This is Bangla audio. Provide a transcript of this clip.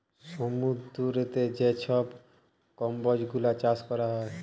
সমুদ্দুরেতে যে ছব কম্বজ গুলা চাষ ক্যরা হ্যয়